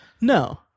No